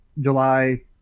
July